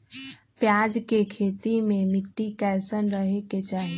प्याज के खेती मे मिट्टी कैसन रहे के चाही?